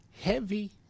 heavy